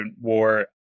war